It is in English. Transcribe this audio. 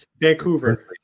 Vancouver